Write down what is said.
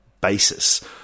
basis